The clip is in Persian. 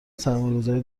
سرمایهگذاری